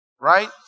right